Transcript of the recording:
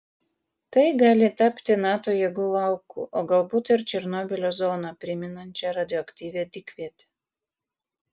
tai gali tapti nato jėgų lauku o galbūt ir černobylio zoną primenančia radioaktyvia dykviete